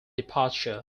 departure